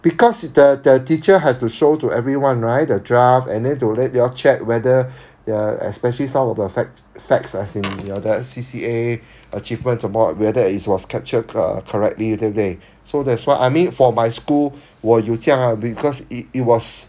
because the the teacher has to show to everyone right the draft and need to let you all check whether the especially some of the facts facts as in your the C_C_A achievements 什么 whether it was captured uh correctly 对不对 so that's why I mean for my school 我有这样 ah because it it was